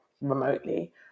remotely